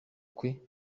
kwe